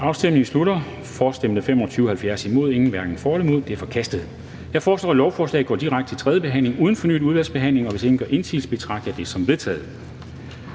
hverken for eller imod stemte 0. Ændringsforslaget er forkastet. Jeg foreslår, at lovforslaget går direkte til tredje behandling uden fornyet udvalgsbehandling, og hvis ingen gør indsigelse, betragter jeg det som vedtaget.